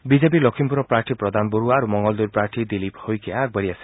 বিজেপিৰ লখিমপুৰৰ প্ৰাৰ্থী প্ৰদান বৰুৱা আৰু মঙলদৈৰ প্ৰাৰ্থী দিলীপ শইকীয়া আগবাঢ়ি আছে